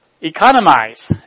Economize